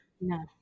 no